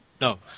no